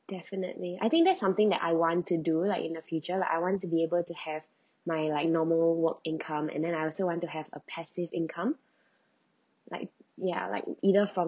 definitely I think that's something that I want to do like in the future like I want to be able to have my like normal work income and then I also want to have a passive income like ya like either from